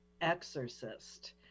Exorcist